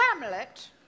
Hamlet